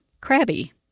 crabby